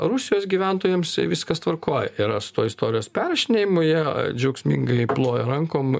rusijos gyventojams viskas tvarkoj yra tuo istorijos perrašinėjimu jie džiaugsmingai ploja rankom